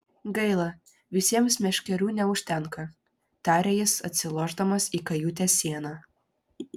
gaila visiems meškerių neužtenka tarė jis atsilošdamas į kajutės sieną